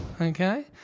okay